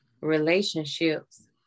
relationships